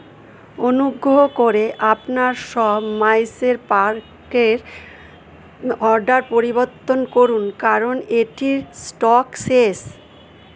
অনুগ্রহ করে আপনার সব মাইসোর পাকের অর্ডার পরিবর্তন করুন কারণ এটির স্টক শেষ